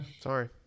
Sorry